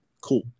Cool